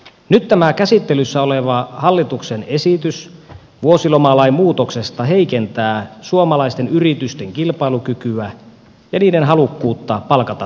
nyt tämä käsittelyssä oleva hallituksen esitys vuosilomalain muutoksesta heikentää suomalaisten yritysten kilpailukykyä ja niiden halukkuutta palkata työntekijöitä